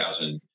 2000